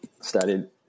started